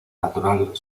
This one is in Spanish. natural